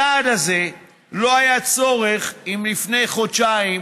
בצעד הזה לא היה צורך אם לפני חודשיים